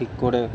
ঠিক করে